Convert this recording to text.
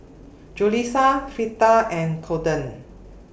Julissa Fleta and Colten